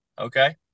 Okay